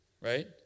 Right